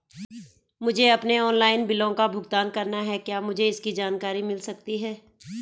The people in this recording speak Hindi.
मुझे अपने ऑनलाइन बिलों का भुगतान करना है क्या मुझे इसकी जानकारी मिल सकती है?